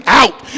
out